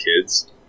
kids